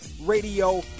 radio